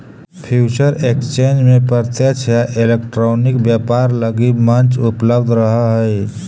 future exchange में प्रत्यक्ष या इलेक्ट्रॉनिक व्यापार लगी मंच उपलब्ध रहऽ हइ